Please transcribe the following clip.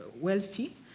wealthy